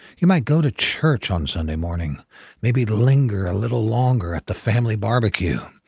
you might go to church on sunday morning maybe linger a little longer at the family barbeque,